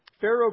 Pharaoh